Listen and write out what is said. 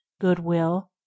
goodwill